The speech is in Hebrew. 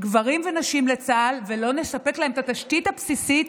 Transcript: גברים ונשים לצה"ל ולא נספק להם את התשתית הבסיסית,